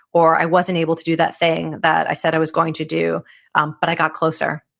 or i wasn't able to do that thing that i said i was going to do um but i got closer.